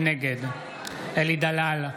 נגד אלי דלל,